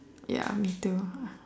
ya me too